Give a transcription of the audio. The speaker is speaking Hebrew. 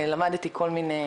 למדתי כל מיני,